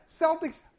Celtics